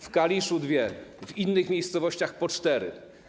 W Kaliszu - dwie, w innych miejscowościach - po cztery.